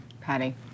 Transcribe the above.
Patty